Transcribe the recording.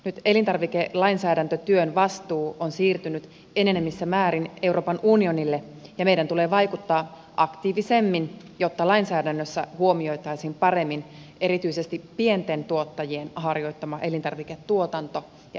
nyt elintarvikelainsäädäntötyön vastuu on siirtynyt enenevässä määrin euroopan unionille ja meidän tulee vaikuttaa aktiivisemmin jotta lainsäädännössä huomioitaisiin paremmin erityisesti pienten tuottajien harjoittama elintarviketuotanto ja elintarvikejalostus